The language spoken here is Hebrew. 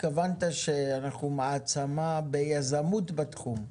התכוונת שאנחנו מעצמה ביזמות בתחום,